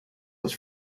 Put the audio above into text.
was